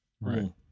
Right